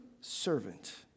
servant